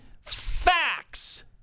facts